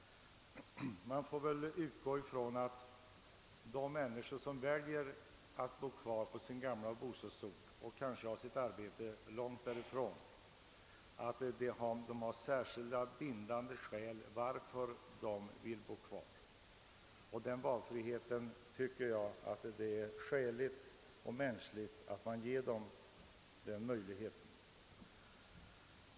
Man får väl utgå ifrån att de människor som väljer att bo kvar på sin gamla bostadsort, trots att de kanske har sitt arbete långt därifrån, har särskilda bindande skäl till att de vill bo kvar. Denna valfrihet anser jag det vara skäligt — och mänskligt — att ge dem.